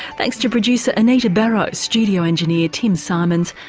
thanks to producer anita barraud, studio engineer tim symons,